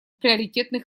приоритетный